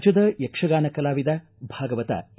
ರಾಜ್ಯದ ಯಕ್ಷಗಾನ ಕಲಾವಿದ ಭಾಗವತ ಎ